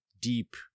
deep